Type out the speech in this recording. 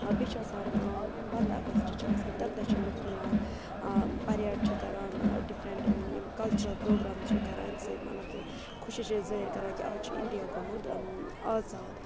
بیٚیہِ چھِ آسان پنٛداہ اَگَست چھِ آسان تَمہِ دۄہ چھِ لُکھ مِلان پریڈ چھِ کَران ڈِفرَنٛٹ یِم کَلچرَل پروگرام چھِ کَران ییٚمہِ سۭتۍ مطلب خوشی چھِ ظٲہِر کَران کہِ آز چھُ اِنڈیا گوٚمُت آزاد